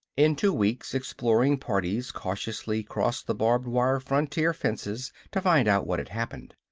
in two weeks, exploring parties cautiously crossed the barbed-wire frontier fences to find out what had happened.